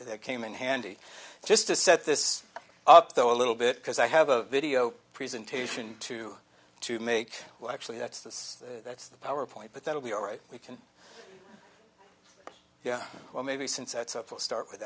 that came in handy just to set this up though a little bit because i have a video presentation to to make well actually that's that's that's the power point but that'll be all right we can well maybe s